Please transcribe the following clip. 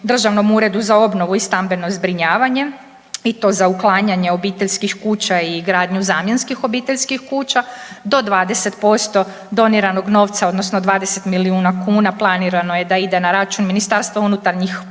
državnom uredu za obnovu i stambeno zbrinjavanje i to za uklanjanje obiteljskih kuća i gradnju zamjenskih obiteljskih kuća, do 20% doniranog novca odnosno 20 milijuna kuna planirano je da ide na račun MUP-a za pokriće